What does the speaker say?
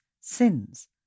sins